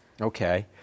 Okay